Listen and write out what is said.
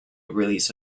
release